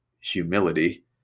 humility